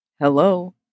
Hello